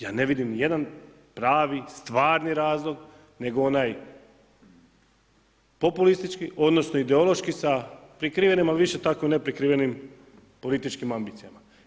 Ja ne vidim ni jedan pravi, stvarni razlog nego onaj populistički odnosno ideološki sa prikrivenim ali više tako ne prikrivenim političkim ambicijama.